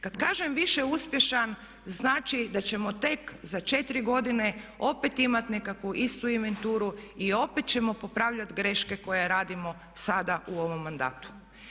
Kada kažem više uspješan znači da ćemo tek za 4 godine opet imati nekakvu istu inventuru i opet ćemo popravljati greške koje radimo sada u ovom mandatu.